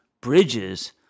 bridges